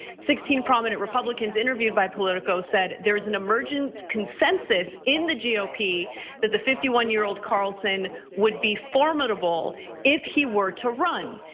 sixteen prominent republicans interviewed by politico said there's an emergent consensus in the ah gop that the fifty one year old carlson would be formidable if he were to run.